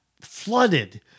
flooded